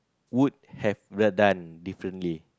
would have done done differently